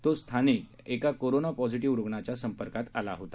तो स्थानिक एका कोरोना पॉझिटीव्ह रुग्नाच्या थेट संपर्कात होता